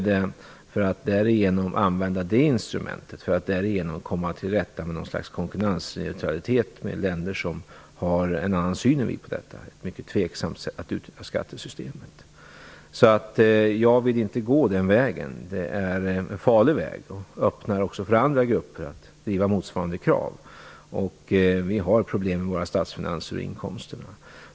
Men att använda det instrumentet för att därigenom komma till rätta med något slags konkurrensneutralitet med länder som har en annan syn än vi på detta är ett mycket tveksamt sätt att utnyttja skattesystemet. Jag vill inte gå den vägen. Det är en farlig väg och öppnar för även andra grupper att driva motsvarande krav. Vi har problem med våra statsfinanser och inkomster.